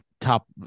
top